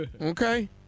Okay